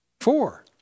Four